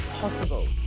possible